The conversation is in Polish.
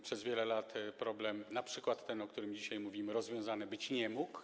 Przez wiele lat problem np. ten, o którym dzisiaj mówimy, rozwiązany być nie mógł.